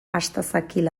astazakil